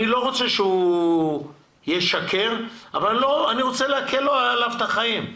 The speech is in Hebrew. אני לא רוצה שהוא ישקר אבל אני רוצה להקל עליו את החיים.